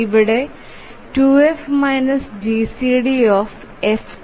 ഇവിടെ 2F GCD F pi ok ആണ്